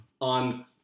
on